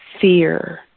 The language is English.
fear